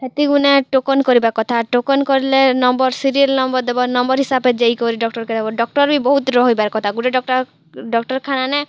ହେଥିଗୁନା token କରିବା କଥା token କର୍ଲେ ନମ୍ୱର୍ ସିରିୟଲ୍ ନମ୍ୱର୍ ଦେବ ନମ୍ବର୍ ହିସାବେ ଯାଇକରି ଡ଼କ୍ଟର୍ କୁହା ହେବ ଡ଼କ୍ଟର୍ ବି ବହୁତ୍ ରହେବାର୍ କଥା ଗୁଟେ ଡ଼କ୍ଟର୍ ଡ଼ାକ୍ତର୍ଖାନାନେ